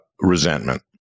resentment